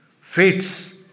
fates